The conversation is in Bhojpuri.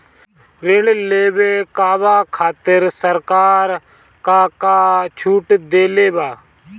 ऋण लेवे कहवा खातिर सरकार का का छूट देले बा?